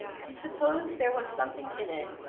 he supposed there was something in it,